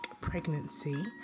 pregnancy